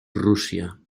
rusia